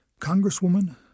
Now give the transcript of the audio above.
Congresswoman